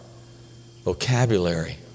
vocabulary